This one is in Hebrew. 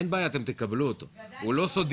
אין בעיה, אתם תקבלו אותו, הוא לא סודי.